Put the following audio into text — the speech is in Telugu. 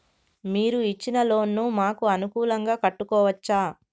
మీరు ఇచ్చిన లోన్ ను మాకు అనుకూలంగా కట్టుకోవచ్చా?